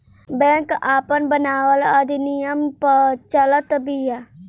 bank आपन बनावल अधिनियम पअ चलत बिया